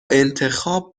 انتخاب